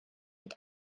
mit